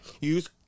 use